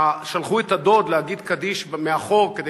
שלחו את הדוד להגיד קדיש מאחור כדי